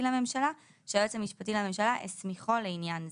לממשלה שהיועץ המשפטי לממשלה הסמיכו לעניין זה.